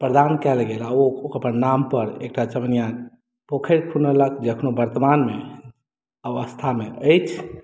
प्रदान कयल गेल आ ओ ओकर नामपर एकटा चमैनिया पोखरि खुनेलक जे एखनहु वर्तमानमे अवस्थामे अछि